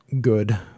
good